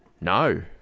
No